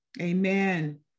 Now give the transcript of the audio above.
Amen